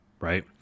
right